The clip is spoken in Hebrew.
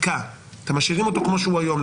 אתם משאירים אותו כפי שהוא היום,